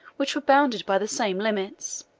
which were bounded by the same limits.